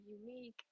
unique